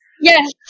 Yes